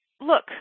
look